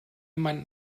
meinen